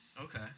Okay